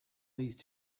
those